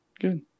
good